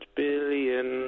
billion